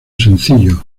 sencillo